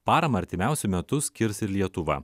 paramą artimiausiu metu skirs ir lietuva